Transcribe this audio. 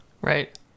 Right